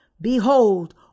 Behold